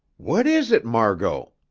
what is it, margot?